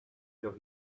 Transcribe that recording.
till